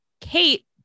Kate